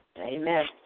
Amen